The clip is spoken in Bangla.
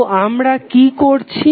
তো আমরা কি করছি